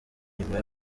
nyuma